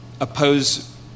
oppose